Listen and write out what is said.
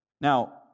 Now